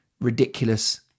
ridiculous